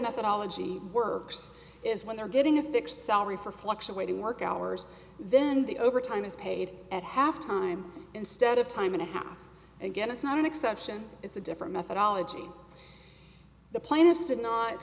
methodology works is when they're getting a fixed salary for fluctuating work hours then the overtime is paid at half time instead of time and a half again is not an exception it's a different methodology the plan is to not